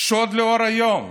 שוד לאור היום.